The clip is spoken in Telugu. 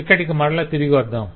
ఇక్కడికి మరల తిరిగి వద్దాం